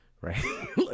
right